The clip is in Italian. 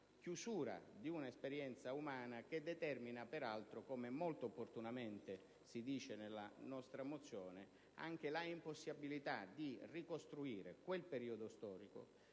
chiusura di un'esperienza umana che determina peraltro, come molto opportunamente si dice nella nostra mozione, anche l'impossibilità di ricostruire quel periodo storico,